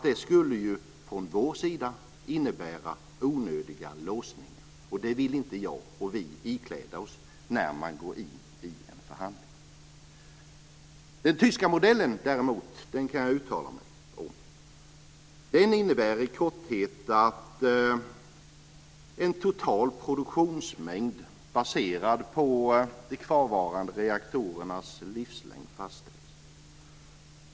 Det skulle ju innebära onödiga låsningar från vår sida. Det vill inte vi ikläda oss när man går in i en förhandling. Den tyska modellen kan jag däremot uttala mig om. Den innebär i korthet att en total produktionsmängd, baserad på de kvarvarande reaktorernas livslängd, fastställs.